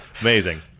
amazing